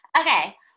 okay